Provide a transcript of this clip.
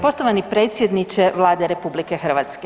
Poštovani predsjedniče Vlade RH.